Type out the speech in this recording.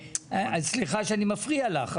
סליחה שאני מפריע לך,